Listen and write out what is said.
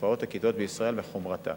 תופעת הכתות בישראל וחומרתה.